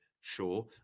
Sure